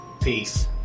Peace